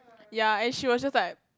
ya and she was just like